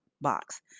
box